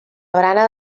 barana